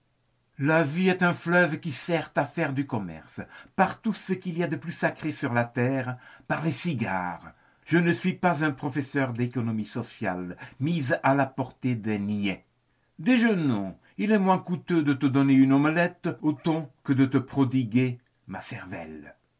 vie est un fleuve qui sert à faire du commerce par tout ce qu'il y a de plus sacré sur la terre par les cigares je ne suis pas un professeur d'économie sociale mise à la portée des niais déjeunons il est moins coûteux de te donner une omelette au thon que de te prodiguer ma cervelle